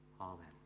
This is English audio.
Amen